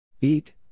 Eat